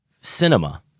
cinema